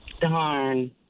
Darn